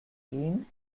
gehen